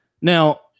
Now